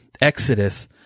Exodus